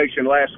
last